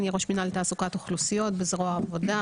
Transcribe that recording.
אני ראש מינהל תעסוקת אוכלוסיות בזרוע העבודה